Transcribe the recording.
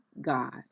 God